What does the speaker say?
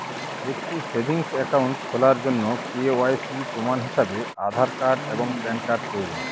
একটি savings account খোলার জন্য কে.ওয়াই.সি প্রমাণ হিসাবে আধার এবং প্যান কার্ড প্রয়োজন